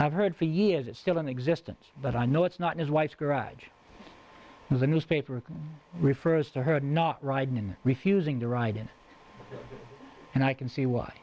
i've heard for years it's still in existence but i know it's not his wife's garage with a newspaper refers to her not riding him refusing to ride in and i can see why